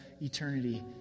eternity